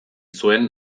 zuen